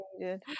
good